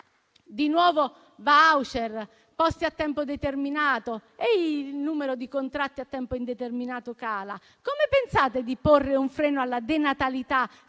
Di nuovo *voucher*, posti a tempo determinato, mentre il numero di contratti a tempo indeterminato cala. Come pensate di porre un freno alla denatalità